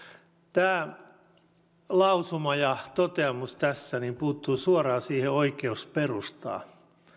tämä lausuma ja toteamus tässä puuttuu suoraan siihen oikeusperustaan